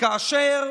כאשר